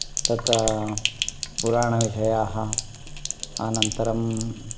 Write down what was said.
तत् पुराणविषयाः आनन्तरं